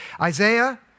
Isaiah